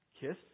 kiss